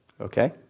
Okay